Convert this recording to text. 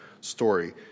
story